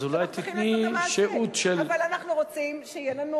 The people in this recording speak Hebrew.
אז אולי תיתני שהות של, אבל אנחנו רוצים שתהיה לנו